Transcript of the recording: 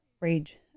rage